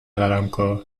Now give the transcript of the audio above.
قلمکار